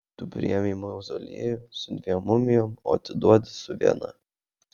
tu priėmei mauzoliejų su dviem mumijom o atiduodi su viena